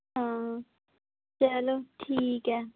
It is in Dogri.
हां चलो ठीक ऐ